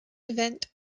event